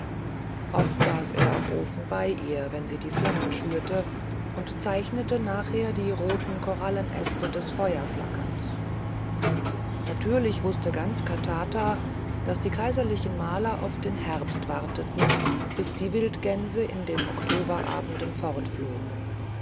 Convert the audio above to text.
oft saß er am ofen bei ihr wenn sie die flammen schürte und er zeichnete nachher die roten korallenäste des feuerflackerns natürlich wußte ganz katata daß die kaiserlichen maler auf den herbst warteten bis die wildgänse in den oktoberabenden